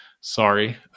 Sorry